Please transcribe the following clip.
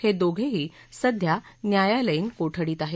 हे दोघेही सध्या न्यायालयीन कोठडीत आहेत